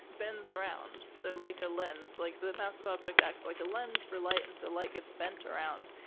bends around, so like a lens. like the massive object acts like a lens for light and so light gets bent around.